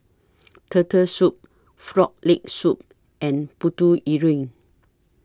Turtle Soup Frog Leg Soup and Putu Piring